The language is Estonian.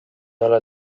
ole